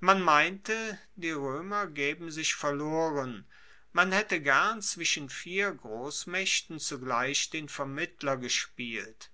man meinte die roemer gaeben sich verloren man haette gern zwischen vier grossmaechten zugleich den vermittler gespielt